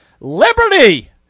Liberty